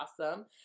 awesome